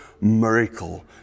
miracle